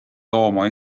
looma